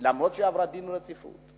אף-על-פי שעברה דין רציפות.